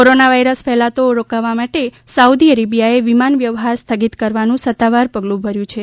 corona virus ફેલાતો રોકવા માટે સાઉદી અરબિયા એ વિમાન વ્યવહાર સ્થગિત કરવાનું સત્તાવાર પગલું ભર્યું છે